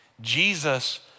Jesus